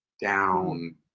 down